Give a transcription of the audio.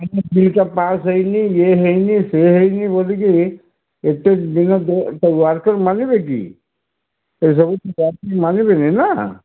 ବିଲ୍ଟା ପାସ୍ ହେଇନି ଏ ହେଇନି ସେ ହେଇନି ବୋଲିକି ଏତେ ଦିନ ୱାର୍କର ମାନିବେ କି ଏସବୁ ୱାର୍କର ମାନିବେନି ନା